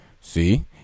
See